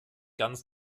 ganz